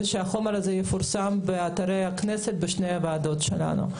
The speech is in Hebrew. ושהחומר הזה יפורסם באתר הכנסת בשתי הוועדות שלנו.